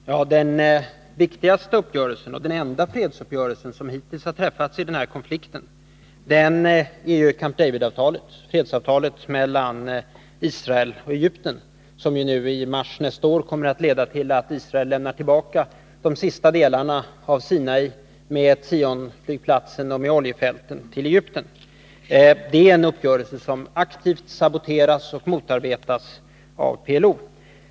Herr talman! Den viktigaste uppgörelsen — och den enda fredsuppgörelse som hittills har träffats i den här konflikten — är ju Camp David-avtalet, fredsavtalet mellan Israel och Egypten, som i mars nästa år kommer att leda till att Israel lämnar tillbaka de sista delarna av Sinai, med Etzionflygplatsen och oljefälten, till Egypten. Det är en uppgörelse som aktivt saboteras och motarbetas av PLO.